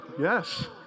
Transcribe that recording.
Yes